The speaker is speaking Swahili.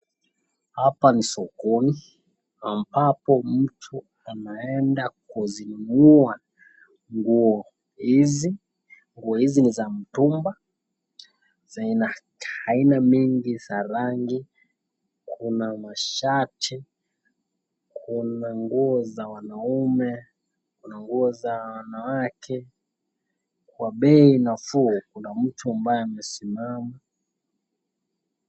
Hapa ni sokoni ambapo mtu anaenda kuzinunua nguo hizi, nguo hizi ni za mtumba za aina mengi za rangi. Kuna mashati, kuna nguo za wanaume, kuna nguo za wanawake kwa bei nafuu, kuna mtu ambaye amesimama.